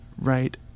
Right